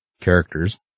characters